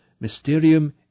mysterium